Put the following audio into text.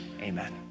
Amen